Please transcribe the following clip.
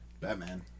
Batman